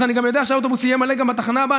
אז אני גם יודע שהאוטובוס יהיה מלא גם בתחנה הבאה,